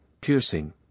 piercing